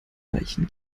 leichen